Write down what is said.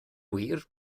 wir